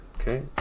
Okay